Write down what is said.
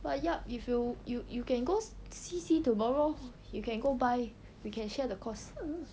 but yup if you you you can go see see tomorrow you can go buy we can share the cost